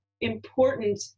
important